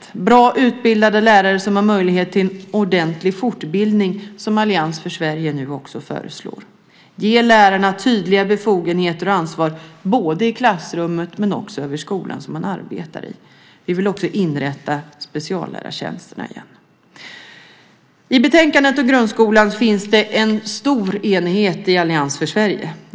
Vi ska ha bra utbildade lärare med möjlighet till fortbildning vilket Allians för Sverige nu föreslår. Ge lärarna tydliga befogenheter och ansvar både i klassrummet och i den skola man arbetar i. Vi vill också inrätta speciallärartjänsterna igen. I betänkandet om grundskolan finns det en stor enighet i Allians för Sverige.